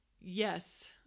Yes